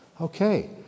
Okay